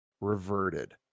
reverted